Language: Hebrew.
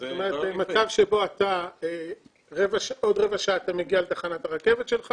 מצב שבעוד רבע שעה אתה מגיע לתחנת הרכבת שלך